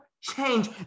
change